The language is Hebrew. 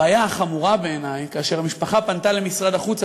הבעיה החמורה בעיני היא שכאשר המשפחה פנתה למשרד החוץ,